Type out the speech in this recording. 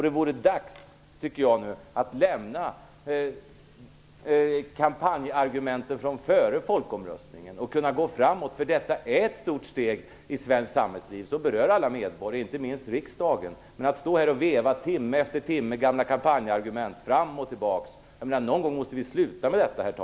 Det är dags, tycker jag, att lämna kampanjargumenten från tiden före folkomröstningen och att gå framåt. Detta är ju ett stort steg i svenskt samhällsliv som berör alla medborgare, och inte minst riksdagen. Men någon gång måste vi, herr talman, sluta med att stå här och veva timme efter timme och anföra gamla kampanjargument fram och tillbaka.